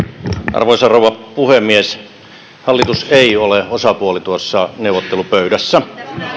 arvoisa rouva puhemies hallitus ei ole osapuoli tuossa neuvottelupöydässä